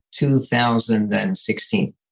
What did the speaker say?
2016